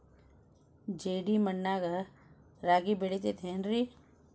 ಜೇಡಿ ಮಣ್ಣಾಗ ರಾಗಿ ಬೆಳಿತೈತೇನ್ರಿ?